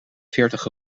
veertig